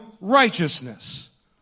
righteousness